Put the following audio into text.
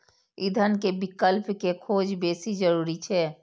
ईंधन के विकल्प के खोज बेसी जरूरी छै